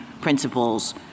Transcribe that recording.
principles